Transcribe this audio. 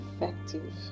effective